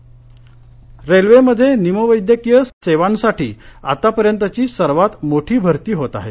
railway भरती railway मध्ये निमवैद्यकीय सेवांसाठीची आतापर्यंतची सर्वात मोठी भरती होते आहे